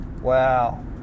wow